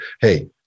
hey